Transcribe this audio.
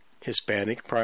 Hispanic